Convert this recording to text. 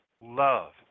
love